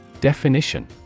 Definition